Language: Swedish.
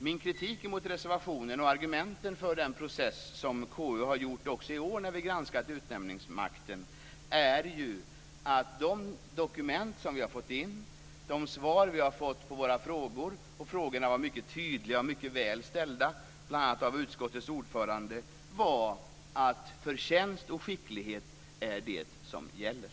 Min kritik mot reservationen och argumenten för den process som KU har haft också i år när vi har granskat utnämningsmakten, är ju att de dokument som vi har fått in, de svar vi har fått på våra frågor - och frågorna var mycket tydliga och mycket väl ställda bl.a. av utskottets ordförande - är att förtjänst och skicklighet är det som gäller.